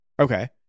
okay